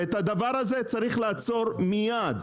את הדבר הזה צריך לעצור מיד,